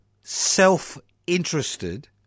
self-interested